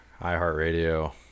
iHeartRadio